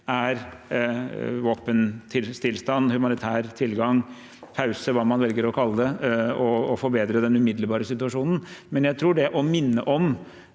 er våpenstillstand, humanitær tilgang, pause – hva man enn velger å kalle det – og å forbedre den umiddelbare situasjonen. Samtidig tror jeg det å minne om